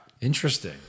Interesting